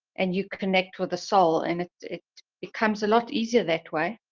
and you connect with the soul. and it, it, it comes a lot easier that way.